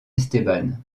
esteban